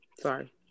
Sorry